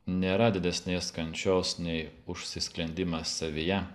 nėra didesnės kančios nei užsisklendimas savyje